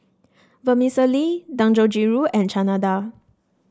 Vermicelli Dangojiru and Chana Dal